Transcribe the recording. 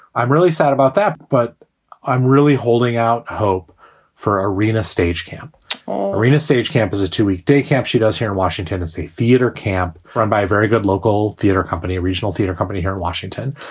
i'm really sad about that, but i'm really holding out hope for arena stage camp arena, stage camp as a two week day camp. she does here in washington, d and c, theater camp run by very good local theater company, original theater company here in washington.